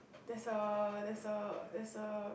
there's a there's a there's a